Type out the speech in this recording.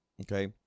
Okay